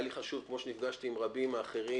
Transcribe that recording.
כמו שנפגשתי עם רבים אחרים